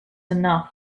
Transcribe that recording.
enough